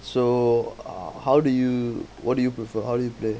so uh how do you what do you prefer how do you play